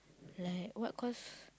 like what course